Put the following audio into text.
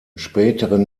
späteren